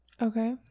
Okay